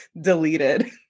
deleted